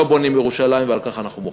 לא בונים בירושלים, ועל כך אנחנו מוחים.